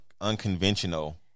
unconventional